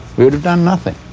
we would've done nothing.